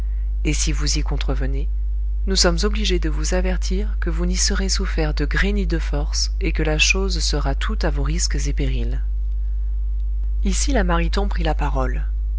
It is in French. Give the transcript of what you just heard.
et si vous y contrevenez nous sommes obligés de vous avertir que vous n'y serez souffert de gré ni de force et que la chose sera toute à vos risques et périls ici la mariton prit la parole